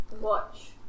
watch